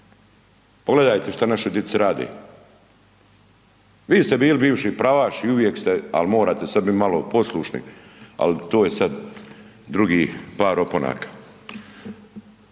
Pogledajte šta našoj dici rade. Vi ste bili bivši pravaš i uvijek ste, ali morate sad bit malo poslušni, ali to je sad drugi par opanaka.